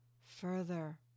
further